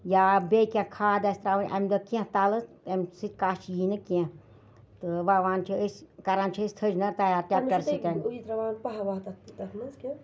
یا بیٚیہِ کینٛہہ کھاد آسہِ ترٛاوٕنۍ اَمہِ دۄہ کینٛہہ تَلہٕ اَمہِ سۭتۍ کَچھ یی نہٕ کینٛہہ تہٕ وَوان چھِ أسۍ کَران چھِ أسۍ تھٔج نٲر تیار ٹٮ۪کٹَر سۭتۍ